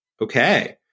Okay